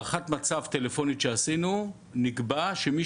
בהערכת מצב טלפונית שעשינו נקבע שמי